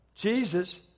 Jesus